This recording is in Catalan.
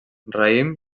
raïm